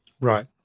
right